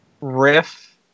riff